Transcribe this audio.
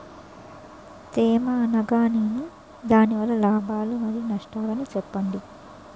తేమ అనగానేమి? దాని వల్ల లాభాలు మరియు నష్టాలను చెప్పండి?